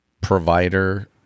provider